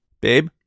babe